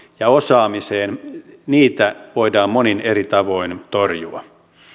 ja osaamiseen voidaan monin eri tavoin torjua